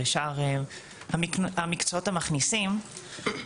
בשאר המקצועות המכניסים.